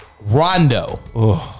Rondo